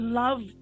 love